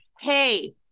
hey